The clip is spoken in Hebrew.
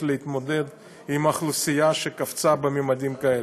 להתמודד עם אוכלוסייה שקפצה בממדים כאלה.